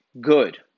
good